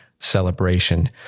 celebration